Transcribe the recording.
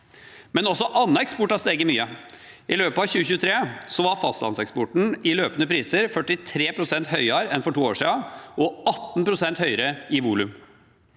mye. Også annen eksport har steget mye. I løpet av 2023 var fastlandseksporten i løpende priser 43 pst. høyere enn for to år siden og 18 pst. høyere i volum.